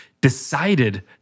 decided